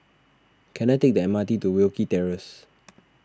can I take the M R T to Wilkie Terrace